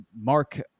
Mark